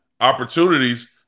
opportunities